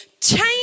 Change